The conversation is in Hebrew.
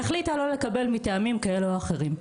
והחליטה לא לקבל מטעמים כאלה ואחרים,